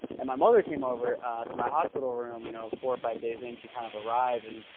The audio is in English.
and my mother came over to my hospital room, you know four or five days in, she kind of arrived and,